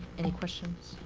any questions?